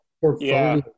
portfolio